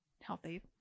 healthy